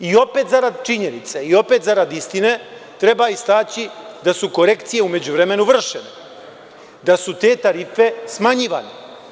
I opet zarad činjenice i opet zarad istine treba istaći da su korekcije u međuvremenu vršene, da su te tarife smanjivane.